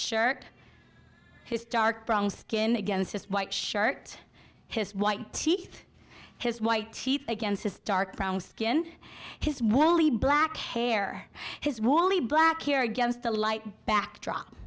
shirt his dark brown skin against his white shirt his white teeth his white teeth against his dark brown skin his woolly black hair his woolly black hair against the light backdrop